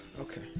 okay